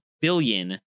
billion